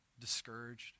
discouraged